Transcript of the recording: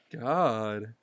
god